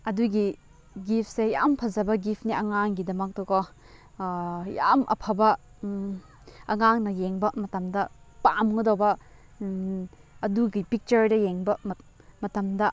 ꯑꯗꯨꯒꯤ ꯒꯤꯐꯁꯦ ꯌꯥꯝ ꯐꯖꯕ ꯒꯤꯐꯅꯦ ꯑꯉꯥꯡꯒꯤꯗꯃꯛꯇ ꯀꯣ ꯌꯥꯝ ꯑꯐꯕ ꯑꯉꯥꯡꯅ ꯌꯦꯡꯕ ꯃꯇꯝꯗ ꯄꯥꯝꯒꯗꯧꯕ ꯑꯗꯨꯒꯤ ꯄꯤꯛꯆꯔꯗ ꯌꯦꯡꯕ ꯃꯇꯝꯗ